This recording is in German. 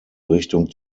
richtung